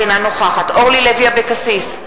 אינה נוכחת אורלי לוי אבקסיס,